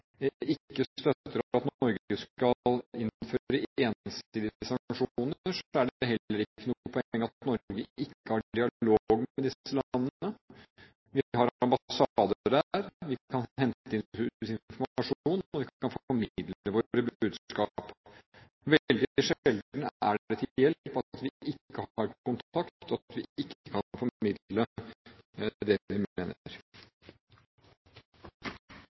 ikke støtter at Norge skal innføre ensidige sanksjoner, er det heller ikke noe poeng at Norge ikke har dialog med disse landene. Vi har ambassader der – vi kan hente inn informasjon, og vi kan formidle vårt budskap. Veldig sjelden er det til hjelp at vi ikke har kontakt, og at vi ikke kan formidle det vi mener. Presidenten vil bemerke, primært til interpellanten, at oppfølgingsspørsmål og oppfølgingskommentar vel skal være relatert til det